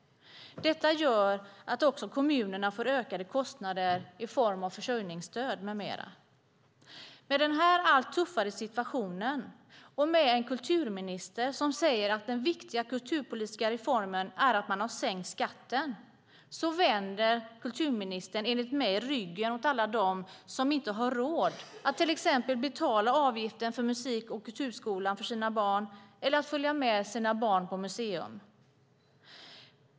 Detta gör att också kommunerna får ökade kostnader i form av försörjningsstöd med mera. Med den här allt tuffare situationen och med en kulturminister som säger att den viktigaste kulturpolitiska reformen är att man har sänkt skatten vänder kulturministern, enligt min uppfattning, ryggen åt alla dem som inte har råd att till exempel betala avgiften för sina barns musik och kulturskola eller följa med sina barn på museum.